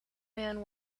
man